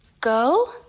Go